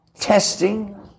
Testing